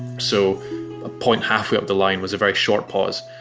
so a point halfway up the line was a very short pause,